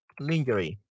Lingerie